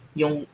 yung